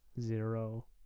Zero